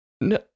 No